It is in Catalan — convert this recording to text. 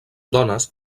dones